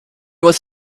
was